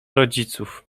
rodziców